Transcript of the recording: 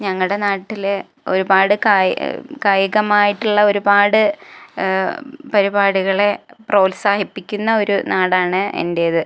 ഞങ്ങളുടെ നാട്ടിൽ ഒരുപാട് കായികം കായികമായിട്ടുള്ള ഒരുപാട് പരിപാടികളെ പ്രോത്സാഹിപ്പിക്കുന്ന ഒരു നാടാണ് എൻ്റേത്